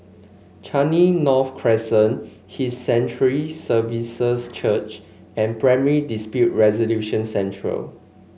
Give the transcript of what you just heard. Changi North Crescent His Sanctuary Services Church and Primary Dispute Resolution Centre